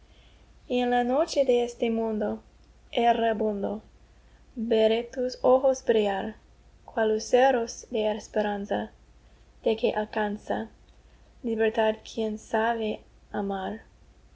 y en la noche de este mundo errabundo veré tus ojos brillar cual luceros de esperanza de que alcanza libertad quien sabe amar